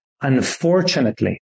Unfortunately